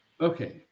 Okay